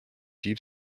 deep